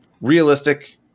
realistic